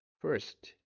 First